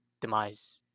demise